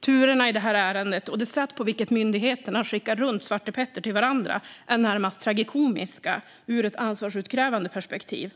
Turerna i ärendet och det sätt på vilket myndigheterna skickar runt svartepetter till varandra är närmast tragikomiska ur ett ansvarsutkrävande perspektiv.